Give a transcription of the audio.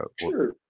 sure